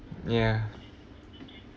ya